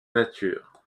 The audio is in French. nature